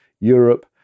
Europe